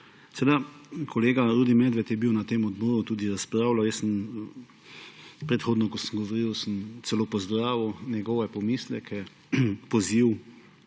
Kolega Rudi Medved je bil na tem odboru, je tudi razpravljal, jaz sem predhodno, ko sem govoril, sem celo pozdravil njegove pomisleke, poziv